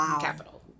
capital